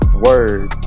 word